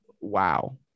wow